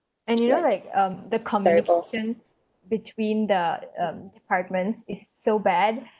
and you know like um the communication between the um departments is so bad